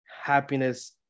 happiness